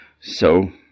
So